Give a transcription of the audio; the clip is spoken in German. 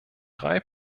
drei